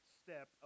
step